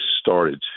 started